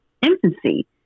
infancy